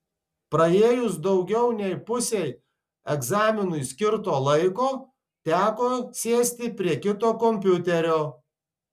praėjus daugiau nei pusei egzaminui skirto laiko teko sėsti prie kito kompiuterio